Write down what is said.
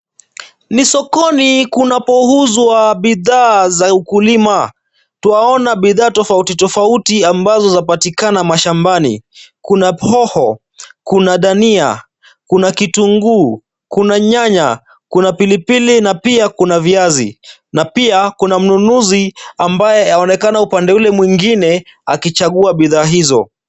Ni sokoni kunapouzwa bidhaa za ukulima. Twaona bidhaa tofauti tofauti ambazo zapatikana mashambani. Kuna hoho, kuna dania, kuna kitunguu, kuna nyanya, kuna pilipili na pia kuna viazi na pia kuna mnunuzi ambaye aonekana upande ule mwingine akichagua bidhaa hizo.